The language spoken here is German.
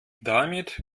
damit